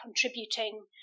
contributing